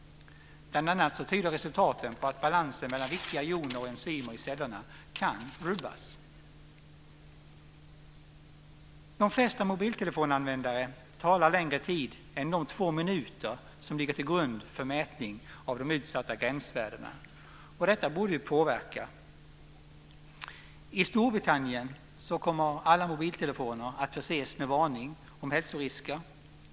Bl.a. tyder resultaten på att balansen mellan viktiga joner och enzymer i cellerna kan rubbas. De flesta mobiltelefonanvändare talar längre tid än de två minuter som ligger till grund för mätning av de utsatta gränsvärdena. Detta borde ju också påverka. I Storbritannien kommer alla mobiltelefoner att förses med en varning om hälsorisker.